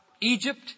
Egypt